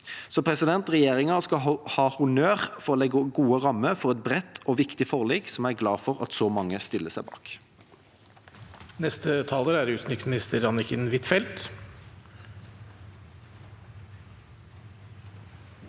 polarisering. Regjeringa skal ha honnør for å legge gode rammer for et bredt og viktig forlik, som jeg er glad for at så mange stiller seg bak.